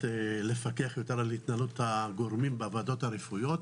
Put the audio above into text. לפקח יותר על התנהלות הגורמים בוועדות הרפואיות,